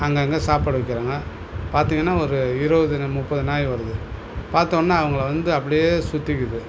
அங்கே அங்கே சாப்பாடு வெக்கிறாங்க பார்த்திங்கன்னா ஒரு இருபது முப்பது நாய் வருது பார்த்தோன்னா அவங்கள வந்து அப்படியே சுற்றிக்குது